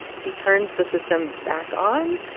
he turns the system back on.